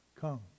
come